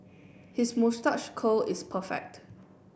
his moustache curl is perfect